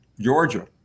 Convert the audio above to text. Georgia